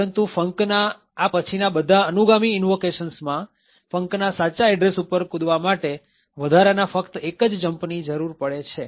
પરંતુ funcના આ પછીના બધા અનુગામી ઇન્વોકેશન્સ માં funcના સાચા એડ્રેસ ઉપર કુદવા માટે વધારાના ફક્ત એક જ jump ની જરૂર પડે છે